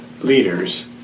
leaders